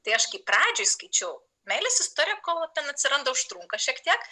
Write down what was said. tai aš kai pradžioj skaičiau meilės istorija kol ten atsiranda užtrunka šiek tiek